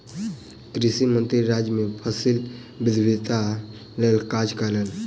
कृषि मंत्री राज्य मे फसिल विविधताक लेल काज कयलैन